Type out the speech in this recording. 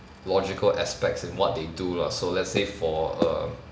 logical aspects in what they do lah so let's say for a